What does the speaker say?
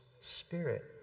Spirit